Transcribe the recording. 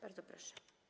Bardzo proszę.